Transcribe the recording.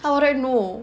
how would I know